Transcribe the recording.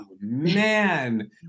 man